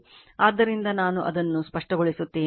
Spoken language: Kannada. ಆದ್ದರಿಂದ ನಾನು ಅದನ್ನು ಸ್ಪಷ್ಟಗೊಳಿಸುತ್ತೇನೆ